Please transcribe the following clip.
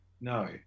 no